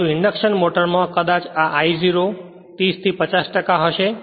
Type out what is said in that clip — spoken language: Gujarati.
પરંતુ ઇન્ડક્શન મોટરમાં આ I0 કદાચ 30 થી 50 હશે